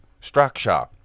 structure